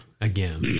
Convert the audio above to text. again